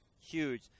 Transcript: Huge